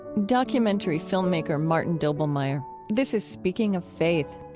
documentary filmmaker martin doblmeier this is speaking of faith.